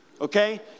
okay